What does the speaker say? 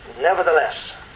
nevertheless